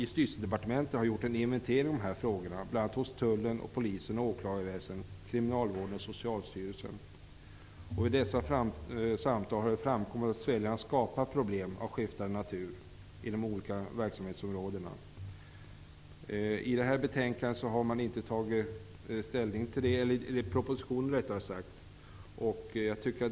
Justitiedepartementet har gjort en inventering av dessa frågor, bl.a. hos Tullen, Polisen, åklagarväsendet, kriminalvården och Socialstyrelsen. Vid dessa samtal har framkommit att sväljaren skapar problem av skiftande natur inom de olika verksamhetsområdena. I propositionen har man inte tagit ställning i denna fråga.